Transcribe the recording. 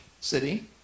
City